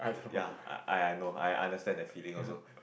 ya I I know I understand that feeling also